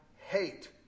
hate